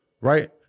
Right